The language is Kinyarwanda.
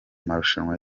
marushanwa